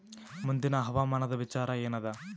ಮುಂದಿನ ಹವಾಮಾನದ ವಿಚಾರ ಏನದ?